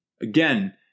again